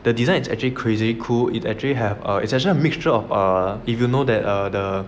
the design it's actually crazily cool it actually have err it's actually a mixture of err if you know that err the